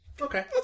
Okay